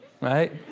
right